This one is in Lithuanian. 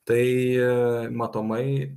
tai matomai